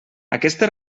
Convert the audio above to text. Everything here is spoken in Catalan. aquesta